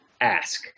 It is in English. ask